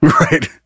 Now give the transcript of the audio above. right